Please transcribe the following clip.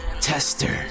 tester